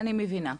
אני מבינה,